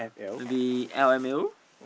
maybe L_M_A_O